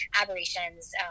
aberrations